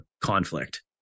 conflict